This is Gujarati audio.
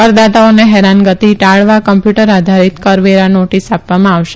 કરદાતાઓને હેરાનગતિ ટાળવા કમ્પ્યુટર આધારીત કરવેરા નોટીસ આપવામાં આવશે